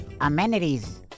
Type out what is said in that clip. amenities